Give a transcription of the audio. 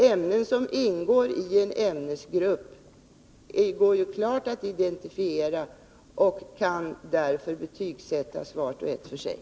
Ämnen som ingår i en ämnesgrupp går ju klart att identifiera och kan därför betygsättas vart och ett för sig.